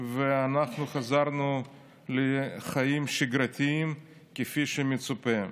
ואנחנו חזרנו לחיים שגרתיים, כפי שמצופה.